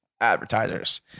advertisers